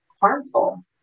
harmful